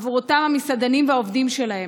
עבור אותם המסעדנים והעובדים שלהם.